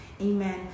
Amen